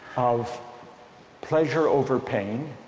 of pleasure over pain,